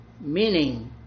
Meaning